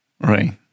Right